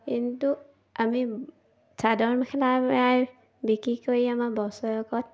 কিন্তু আমি চাদৰ মেখেলাই বিক্ৰী কৰি আমাৰ বছৰেকত